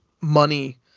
money